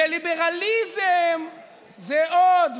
וליברליזם ועוד,